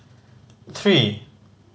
three